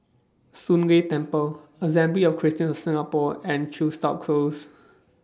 Soon Leng Temple Assembly of Christians of Singapore and Chepstow Close